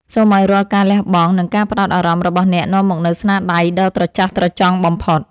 សូមឱ្យរាល់ការលះបង់ និង ការផ្ដោតអារម្មណ៍របស់អ្នកនាំមកនូវស្នាដៃដ៏ត្រចះត្រចង់បំផុត។